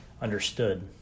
understood